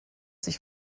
sich